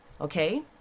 Okay